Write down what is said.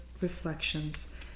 reflections